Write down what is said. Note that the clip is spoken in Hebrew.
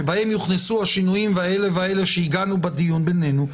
שבהן יוכנסו השינויים האלה והאלה שהגענו בדיון בינינו,